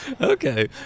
Okay